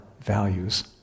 values